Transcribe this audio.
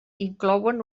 inclouen